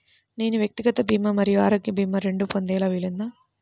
నేను వ్యక్తిగత భీమా మరియు ఆరోగ్య భీమా రెండు పొందే వీలుందా?